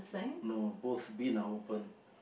no both bin are open